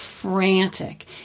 Frantic